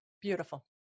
Beautiful